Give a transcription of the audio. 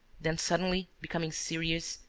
then, suddenly becoming serious,